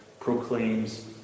proclaims